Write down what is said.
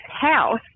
house